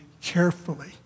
carefully